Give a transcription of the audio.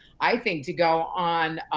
i think, to go on